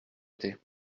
été